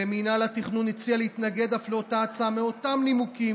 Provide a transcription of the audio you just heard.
ומינהל התכנון הציע להתנגד אף לאותה הצעה מאותם נימוקים,